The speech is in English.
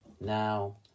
now